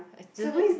like zi hui